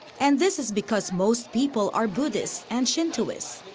and this is because most people are buddhists and shintoists.